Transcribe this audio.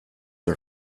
are